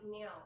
now